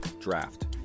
draft